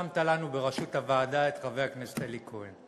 שמת לנו בראשות הוועדה את חבר הכנסת אלי כהן.